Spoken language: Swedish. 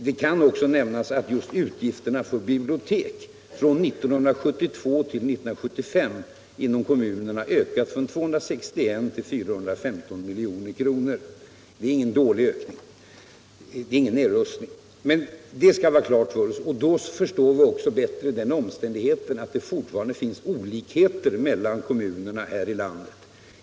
Det kan också nämnas att just utgifterna för bibliotek inom kommunerna från 1972 till 1975 ökade från 261 till 415 milj.kr. Det tyder inte på någon nedrustning. Detta skall vi ha klart för oss. Då förstår vi också bättre den omständigheten att det fortfarande finns olikheter mellan kommunerna här i landet.